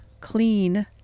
clean